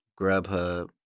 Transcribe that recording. Grubhub